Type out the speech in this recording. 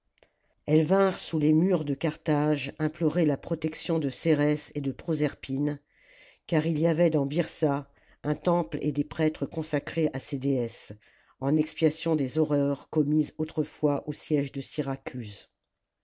elles vinrent sous les murs de carthage implorer la protection de cérès et de proserpine car il y avait dans byrsa un temple et des prêtres consacrés à ces déesses en expiation des horreurs commises autrefois au siège de